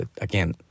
Again